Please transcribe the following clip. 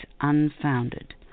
unfounded